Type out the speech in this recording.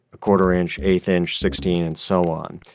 a quarter-inch, eighth-inch, sixteen and so on.